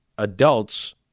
Adults